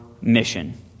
Mission